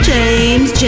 James